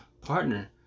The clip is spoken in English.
partner